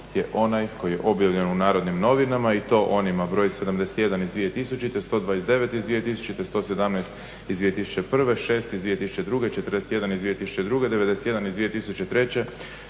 je onaj koji je objavljen u Narodnim novinama i to onima br. 71/2000., 129/200., 117/2001., 6/2002., 41/2002., 91/2003.,